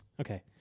Okay